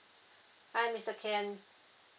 hi mister ken